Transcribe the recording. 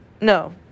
no